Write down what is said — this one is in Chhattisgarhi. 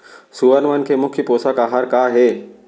सुअर मन के मुख्य पोसक आहार का हे?